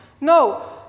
No